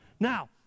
Now